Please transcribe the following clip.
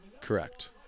Correct